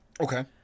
Okay